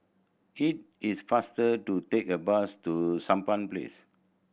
it is faster to take a bus to Sampan Place